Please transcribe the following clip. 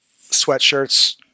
sweatshirts